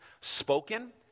spoken